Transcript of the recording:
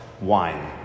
wine